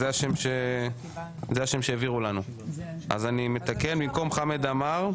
זה השם שהעבירו לנו, אז אני מתקן במקום חמאד עמר?